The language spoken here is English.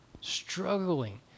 struggling